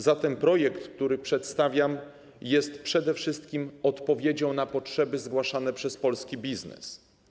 Zatem projekt, który przedstawiam, jest przede wszystkim odpowiedzią na potrzeby zgłaszane przez polski biznes.